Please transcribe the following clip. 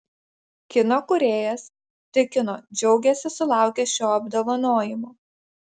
kino kūrėjas tikino džiaugiasi sulaukęs šio apdovanojimo